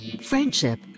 friendship